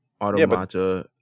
Automata